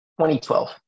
2012